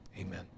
Amen